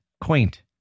quaint